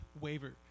waver